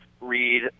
read